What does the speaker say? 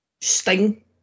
Sting